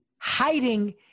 hiding